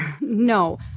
no